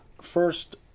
first